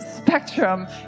Spectrum